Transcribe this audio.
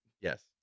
Yes